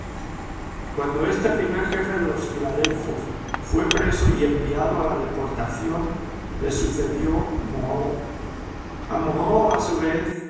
cuando este primer jefe de los filadelfos fué preso y enviado a la deportación le sucedió moreau a moreau a su vez